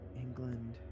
England